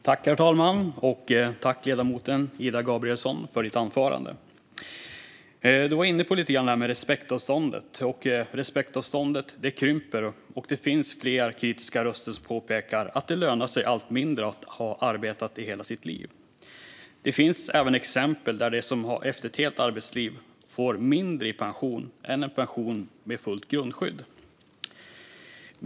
Herr talman! Tack, ledamoten Ida Gabrielsson, för anförandet! Ledamoten var lite grann inne på respektavståndet. Respektavståndet krymper, och det finns flera kritiska röster som påpekar att det lönar sig allt mindre att ha arbetat i hela sitt liv. Det finns även exempel på dem som efter ett helt arbetsliv får mindre i pension än en person med fullt grundskydd.